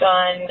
on